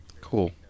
Cool